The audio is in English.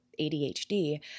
ADHD